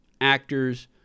actors